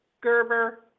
Gerber